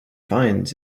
finds